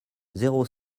zéro